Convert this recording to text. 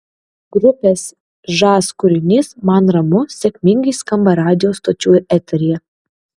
grupės žas kūrinys man ramu sėkmingai skamba radijo stočių eteryje